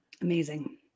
Amazing